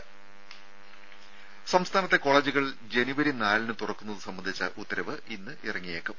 രുര സംസ്ഥാനത്തെ കോളേജുകൾ ജനുവരി നാലിന് തുറക്കുന്നത് സംബന്ധിച്ച ഉത്തരവ് ഇന്ന് ഇറങ്ങിയേക്കും